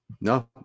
No